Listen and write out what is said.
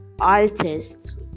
artists